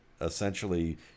essentially